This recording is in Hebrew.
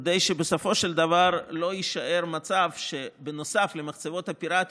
כדי שבסופו של דבר לא יישאר מצב שנוסף למחצבות הפיראטיות,